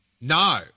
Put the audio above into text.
No